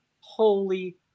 Holy